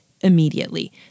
immediately